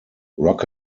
rock